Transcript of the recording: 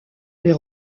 les